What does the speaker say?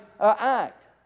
act